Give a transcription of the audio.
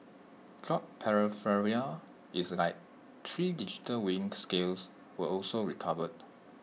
drug paraphernalia is like three digital weighing scales were also recovered